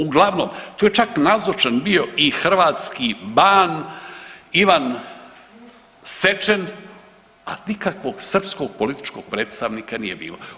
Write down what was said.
Uglavnom tu je čak nazočan bio i hrvatski ban Ivan SEčen, a nikakvog srpskog političkog predstavnika nije bilo.